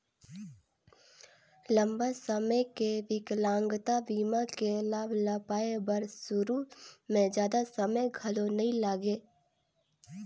लंबा समे के बिकलांगता बीमा के लाभ ल पाए बर सुरू में जादा समें घलो नइ लागे